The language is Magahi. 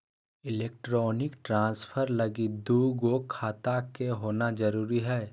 एलेक्ट्रानिक ट्रान्सफर लगी दू गो खाता के होना जरूरी हय